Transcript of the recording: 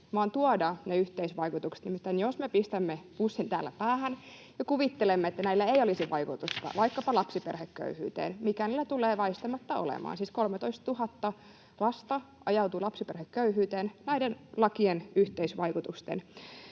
vaan tuoda ne yhteisvaikutukset. Nimittäin jos me pistämme pussin täällä päähän ja kuvittelemme, että näillä ei olisi vaikutusta vaikkapa lapsiperheköyhyyteen, mikä niillä tulee väistämättä olemaan... Siis 13 000 lasta ajautuu lapsiperheköyhyyteen näiden lakien yhteisvaikutusten